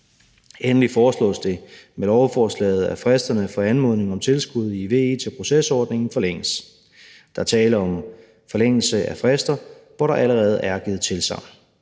Endelig foreslås det med lovforslaget, at fristerne for anmodning om tilskud til VE i procesordningen forlænges. Der er tale om forlængelse af frister, hvor der allerede er givet tilsagn.